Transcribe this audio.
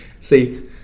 See